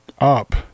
up